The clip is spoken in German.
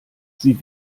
sie